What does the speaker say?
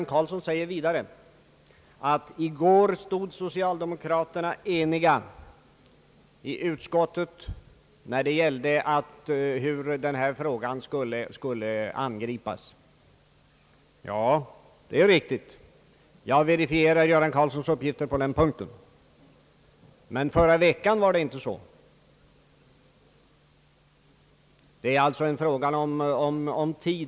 Vidare sade herr Göran Karlsson att socialdemokraterna i går stod eniga i utskottet när det gällde hur den här frågan skulle angripas. Jag verifierar herr Karlssons uppgifter på den punkten, men förra veckan förhöll det sig inte så.